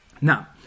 Now